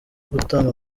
gutanga